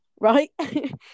right